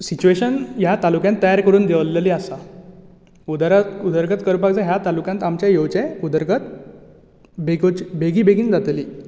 situation ह्या तालूक्यांत तयार करून दवरिल्ली आसा उदरगत उदरगत करपाक जाय ह्या तालूक्यान आमचे येवचे उदरगत बेगोच बेगी बेगीन जातली